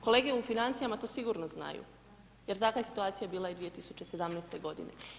Kolege u financijama to sigurno znaju, jer takva je situacija bila i 2017. godine.